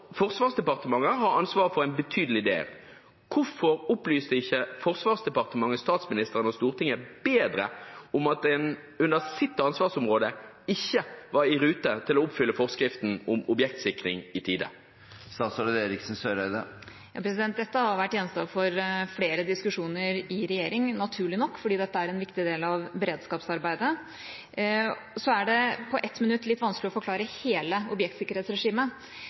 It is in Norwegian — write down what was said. Forsvarsdepartementet har ansvar for en betydelig del. Hvorfor opplyste ikke Forsvarsdepartementet statsministeren og Stortinget bedre om at en under sitt ansvarsområde ikke var i rute til å oppfylle forskriften om objektsikring i tide? Dette har vært gjenstand for flere diskusjoner i regjeringa – naturlig nok fordi det er en viktig del av beredskapsarbeidet. Det er litt vanskelig å forklare hele objektsikkerhetsregimet på ett minutt,